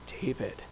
David